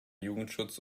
jugendschutz